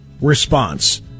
response